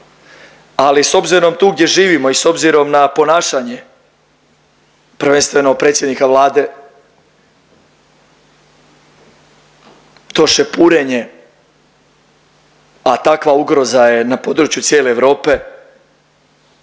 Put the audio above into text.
Ali, s obzirom tu gdje živimo i s obzirom na ponašanje prvenstveno predsjednika Vlade, to šepurenje, a takva ugroza je na području cijele Europe,